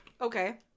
Okay